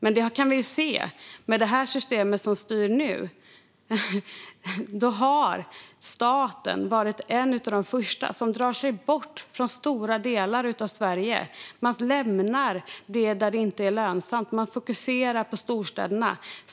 I det system som är styrande nu kan vi se att staten varit en av de första som drar sig bort från stora delar av Sverige. Man lämnar det som inte är lönsamt och fokuserar på storstäderna.